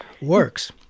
works